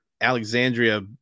Alexandria –